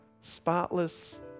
spotless